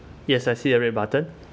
yes I see a red button